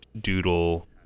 doodle